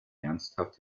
ernsthaft